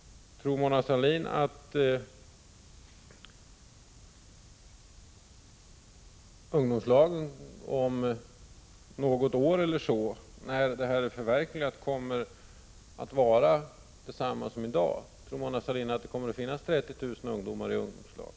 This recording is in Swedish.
Tror Mona Sahlin att ungdomslagen om något år, när reformen genomförts, kommer att vara detsamma som i dag? Tror Mona Sahlin att det kommer att finnas 30 000 ungdomar i ungdomslag?